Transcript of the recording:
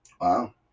Wow